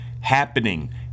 happening